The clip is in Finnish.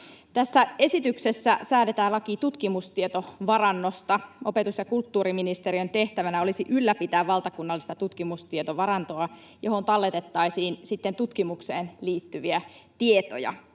Tässä esityksessä säädetään laki tutkimustietovarannosta. Opetus- ja kulttuuriministeriön tehtävänä olisi ylläpitää valtakunnallista tutkimustietovarantoa, johon talletettaisiin sitten tutkimukseen liittyviä tietoja.